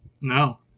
No